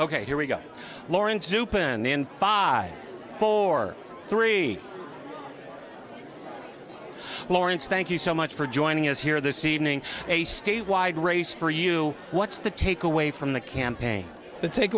ok here we go laurence zupan in five four three lawrence thank you so much for joining us here this evening a statewide race for you what's the takeaway from the campaign the take